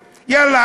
יאללה,